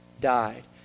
died